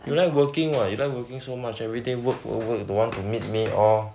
you like working what you like working so much every day work work work don't want to meet me all